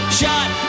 shot